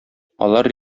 алар